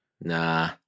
Nah